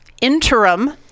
interim